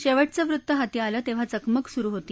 शक्टेचं वृत्त हाती आलं तख्डी चकमक सुरु होती